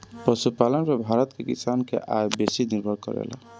पशुपालन पे भारत के किसान के आय बेसी निर्भर करेला